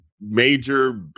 major